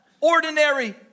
ordinary